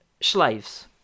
slaves